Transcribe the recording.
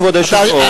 כבוד היושב-ראש.